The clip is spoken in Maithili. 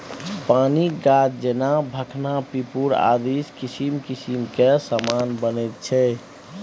पानिक गाछ जेना भखना पिपुर आदिसँ किसिम किसिम केर समान बनैत छै